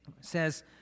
says